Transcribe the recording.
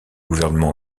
gouvernement